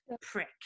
prick